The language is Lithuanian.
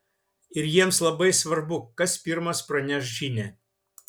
ir jiems labai svarbu kas pirmas praneš žinią